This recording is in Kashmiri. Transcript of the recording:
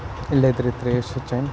لیٚدرِ ترٛیش چھِ چیٚنۍ